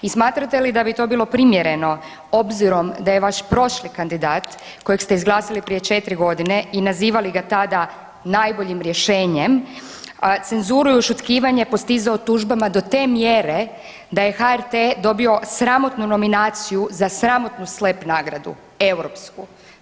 I smatrate li da bi to bilo primjereno obzirom da je vaš prošli kandidat kojeg ste izglasali prije četiri godine i nazivali ga tada najboljim rješenjem cenzuru i ušutkivanje postizao tužbama do te mjere da je HRT dobio sramotnu nominaciju za sramotnu slep nagradu europsku.